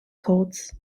courts